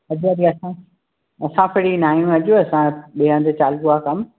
अॼु त असां असां फ्री न आहियूं अॼु असां ॿिए हंधु चालू आहे कमु